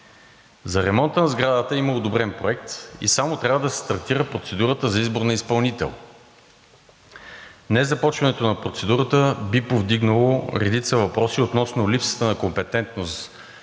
За ремонта на сградата има одобрен проект и само трябва да се стартира процедурата за избор на изпълнител. Днес започването на процедурата би повдигнало редица въпроси относно липсата на компетентност